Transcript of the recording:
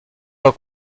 pas